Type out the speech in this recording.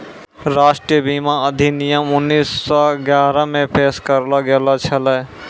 राष्ट्रीय बीमा अधिनियम उन्नीस सौ ग्यारहे मे पेश करलो गेलो छलै